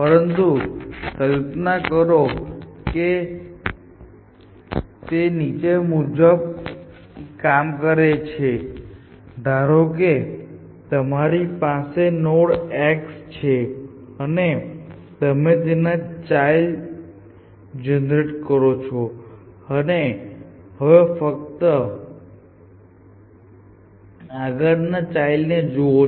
પરંતુ કલ્પના કરો કે તે નીચે મુજબ કામ કરે છે ધારો કે તમારી પાસે આ નોડ x છે અને તમે તેના ચાઈલ્ડ જનરેટ કરો છો અને હવે ફક્ત આગળના ચાઈલ્ડ ને જુઓ